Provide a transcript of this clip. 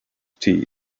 tea